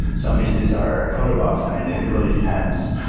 some pieces are proto buffed. and it it really depends.